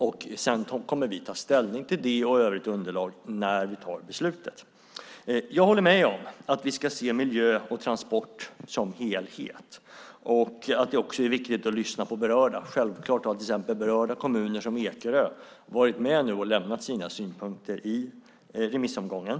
Sedan kommer vi att ta ställning till det här och övrigt underlag när vi tar beslutet. Jag håller med om att vi ska se miljö och transport som en helhet och att det också är viktigt att lyssna på berörda. Självklart har till exempel berörda kommuner, som Ekerö, varit med och lämnat sina synpunkter i remissomgången.